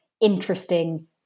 interesting